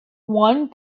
one